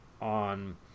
on